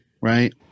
right